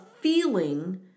feeling